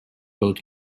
both